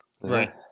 Right